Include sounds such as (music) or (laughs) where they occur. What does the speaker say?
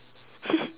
(laughs)